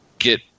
Get